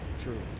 True